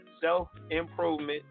self-improvement